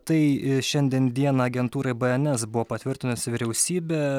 tai šiandien dieną agentūrai bns buvo patvirtinusi vyriausybė